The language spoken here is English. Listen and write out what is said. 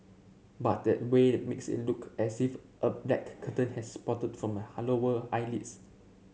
but that way makes it look as if a black curtain has sprouted from my lower eyelids